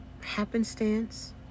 happenstance